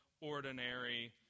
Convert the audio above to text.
ordinary